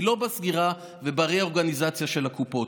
היא לא בסגירה וברה-אורגניזציה של הקופות,